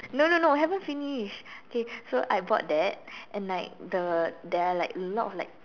no no no haven't finish okay so I bought that and like the there are like a lot of like